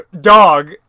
dog